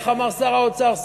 איך אמר שר האוצר?